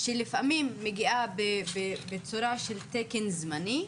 שלפעמים מגיעה בצורה של תקן זמני,